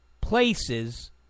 places